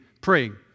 praying